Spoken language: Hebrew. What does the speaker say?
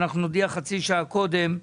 אנחנו נודיע חצי שעה קודם.